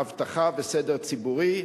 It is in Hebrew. אבטחה וסדר ציבורי),